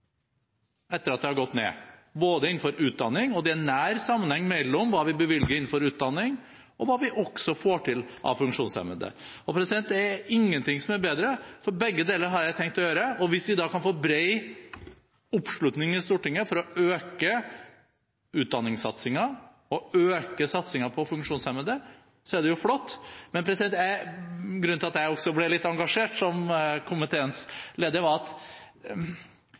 etter at den har gått ned, også innenfor utdanning – for det er nær sammenheng mellom hva vi bevilger til utdanning, og hva vi får til for funksjonshemmede. Det er ingenting som er bedre, for begge deler har jeg tenkt å gjøre, og hvis vi da kan få bred oppslutning i Stortinget for å øke utdanningssatsingen og øke satsingen på funksjonshemmede, er jo det flott. Grunnen til at også jeg ble litt engasjert – slik komiteens leder ble – var at